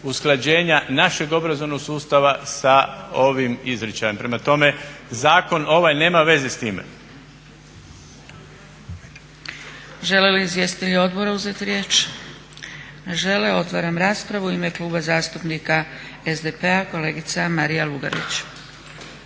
usklađenja našeg obrazovnog sustava sa ovim izričajem. Prema tome zakon ovaj nema veze s time. **Zgrebec, Dragica (SDP)** Žele li izvjestitelji odbora uzeti riječ? Ne žele. Otvaram raspravu. U ime Kluba zastupnika SDP-a kolegica Marija Lugarić.